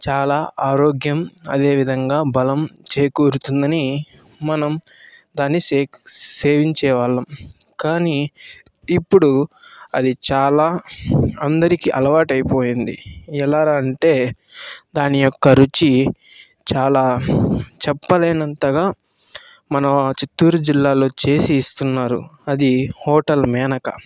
చాలా ఆరోగ్యం అదే విధంగా బలం చేకూరుతుందని మనం దాన్ని సే సేవించేవాళ్ళం కానీ ఇప్పుడు అది చాలా అందరికి అలవాటై పోయింది ఎలారా అంటే దాని యొక్క రుచి చాలా చెప్పలేనంతగా మన చిత్తూరు జిల్లాలో చేసి ఇస్తున్నారు అది హోటల్ మేనకా